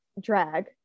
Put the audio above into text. drag